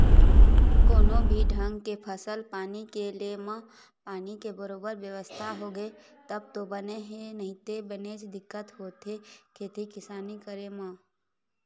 कोनो भी ढंग के फसल पानी के ले म पानी के बरोबर बेवस्था होगे तब तो बने हे नइते बनेच दिक्कत होथे खेती किसानी करे म